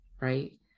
right